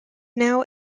now